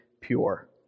pure